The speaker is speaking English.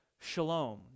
shalom